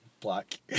black